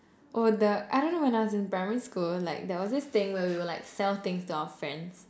oh the I don't know when I was in primary school like there was this thing where we would like sell things to our friends